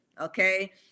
Okay